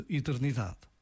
eternidade